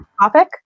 topic